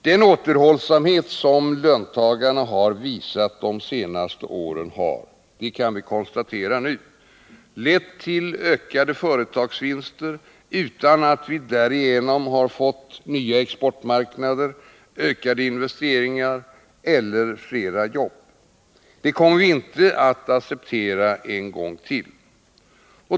Den återhållsamhet som löntagarna har visat de senaste åren har — det kan vi konstatera nu — lett till ökade företagsvinster utan att vi därigenom har fått nya exportmarknader, ökade investeringar eller fler jobb. Det kommer vi inte att acceptera en gång till.